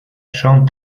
son